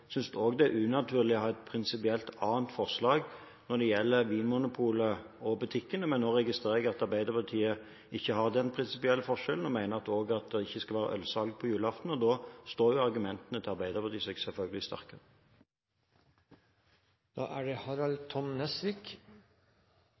synes også det er unaturlig å ha prinsipielt et annet forslag når det gjelder Vinmonopolet enn butikkene. Men nå registrerer jeg at Arbeiderpartiet ikke har den prinsipielle forskjellen og mener også at det ikke skal være ølsalg på julaften, og da står jo argumentene til Arbeiderpartiet seg selvfølgelig